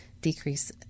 decrease